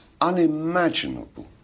unimaginable